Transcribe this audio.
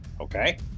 Okay